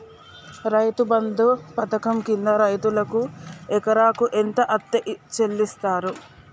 రైతు బంధు పథకం కింద రైతుకు ఎకరాకు ఎంత అత్తే చెల్లిస్తరు?